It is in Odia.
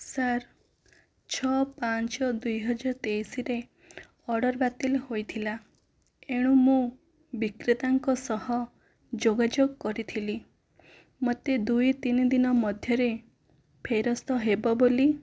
ସାର୍ ଛଅ ପାଞ୍ଚ ଦୁଇହଜାର ତେଇସିରେ ଅର୍ଡର ବାତିଲ୍ ହୋଇଥିଲା ଏଣୁ ମୁଁ ବିକ୍ରେତାଙ୍କ ସହ ଯୋଗାଯୋଗ କରିଥିଲି ମୋତେ ଦୁଇ ତିନିଦିନ ମଧ୍ୟରେ ଫେରସ୍ତ ହେବ ବୋଲି